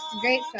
Great